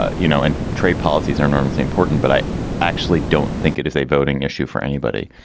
ah you know, and trade policies are enormously important. but i actually don't think it if they voting issue for anybody,